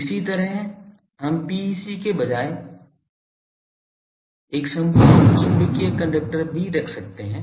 इसी तरह हम PEC के बजाय एक संपूर्ण चुंबकीय कंडक्टर भी रख सकते हैं